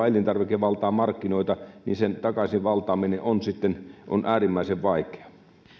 elintarvike valtaa markkinoita niin niiden valtaaminen takaisin on äärimmäisen vaikeaa